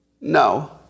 No